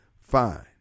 Fine